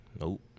Nope